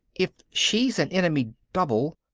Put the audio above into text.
if she's an enemy double,